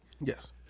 Yes